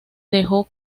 dejó